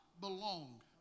belong